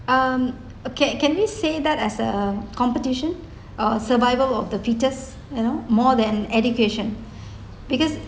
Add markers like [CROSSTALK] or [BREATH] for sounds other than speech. um uh can can we say that as a competition [BREATH] uh survival of the fittest you know more than education [BREATH] because